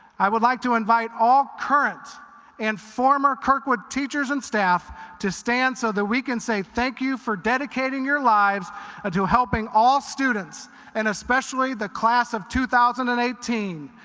i would like to invite all current and former kirkwood teachers and staff to stand so that we can say thank you for dedicating your lives to helping all students and especially the class of two thousand and eighteen.